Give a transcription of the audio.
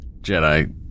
Jedi